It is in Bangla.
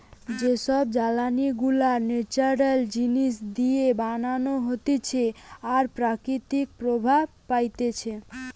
যে সব জ্বালানি গুলা ন্যাচারাল জিনিস দিয়ে বানানো হতিছে আর প্রকৃতি প্রভাব পাইতিছে